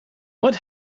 what